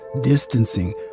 distancing